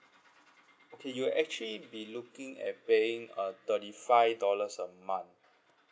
okay you'll actually be looking at paying uh thirty five dollars a month